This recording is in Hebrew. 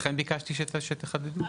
לכן ביקשתי שתחדדו.